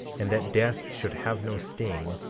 and that death should have no sting,